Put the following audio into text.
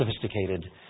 sophisticated